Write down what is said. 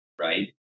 right